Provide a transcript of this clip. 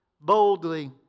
boldly